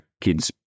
kids